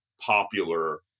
popular